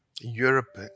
Europe